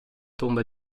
tomba